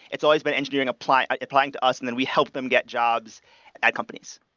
it's always been engineering applying applying to us and then we help them get jobs at companies.